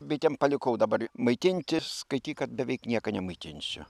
bitėm palikau dabar maitinti skaityk kad beveik nieka nemaitinsiu